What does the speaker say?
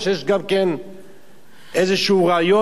ואני לא חושב שיש גם כן איזה רעיון או